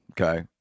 okay